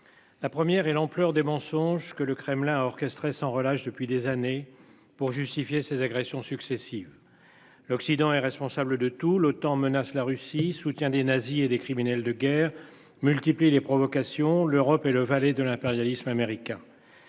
La première et l'ampleur des mensonges que le Kremlin a orchestré sans relâche depuis des années pour justifier ces agressions successives. L'Occident est responsable de tout le temps menace la Russie soutient des nazis et des criminels de guerre multiplie les provocations. L'Europe et le valet de l'impérialisme américain.